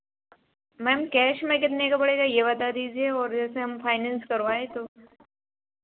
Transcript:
ma'am cash में कितने का पड़ेगा ये बता दीजिए और जैसे हम फाइनेंस करवाएं तो